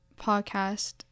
podcast